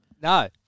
No